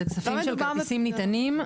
זה כספים של כרטיסים נטענים,